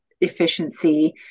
efficiency